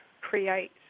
create